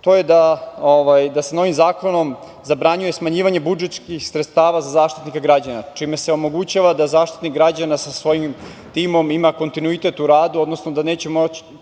to je da se novim zakonom zabranjuje smanjivanje budžetskih sredstava za Zaštitnika građana, čime se omogućava da zaštitnik građana, sa svojim timom ima kontinuitet u radu, odnosno da neće morati